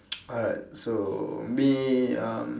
alright so me um